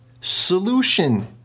solution